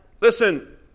Listen